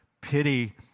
pity